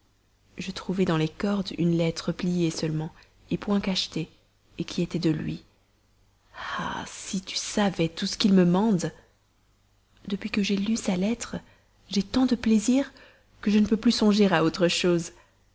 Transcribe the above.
je trouvai dans les cordes une lettre pliée seulement point cachetée qui était de lui ah si tu savais tout ce qu'il me mande depuis que j'ai lu sa lettre j'ai tant de plaisir que je ne peux plus songer à autre chose